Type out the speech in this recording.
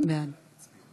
מזל טוב, חיים שלי,